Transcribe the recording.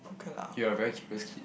you're a very curious kid